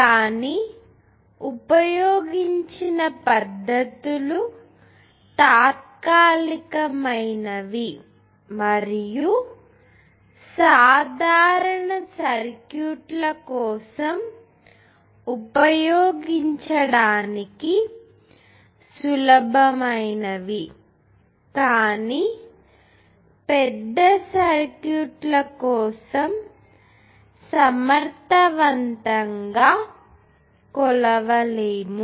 కానీ ఉపయోగించిన పద్ధతులు తాత్కాలికమైనవి మరియు సాధారణ సర్క్యూట్ల కోసం ఉపయోగించడానికి సులభమైనవి కానీ పెద్ద సర్క్యూట్ల కోసం సమర్ధవంతంగా కొలవలేము